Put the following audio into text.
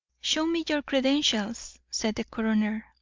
show me your credentials, said the coroner.